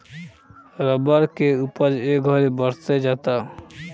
rubber के उपज ए घड़ी बढ़ते जाता